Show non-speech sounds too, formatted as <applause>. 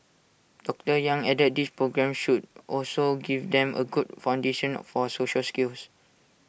doctor yang added that these programmes should also give them A good foundation <hesitation> for social skills